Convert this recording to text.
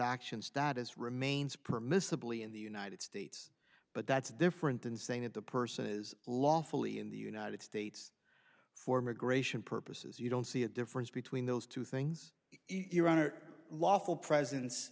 action status remains permissibly in the united states but that's different than saying that the person is lawfully in the united states for immigration purposes you don't see a difference between those two things your honor lawful presence